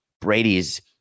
Brady's